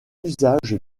usage